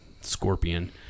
Scorpion